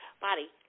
body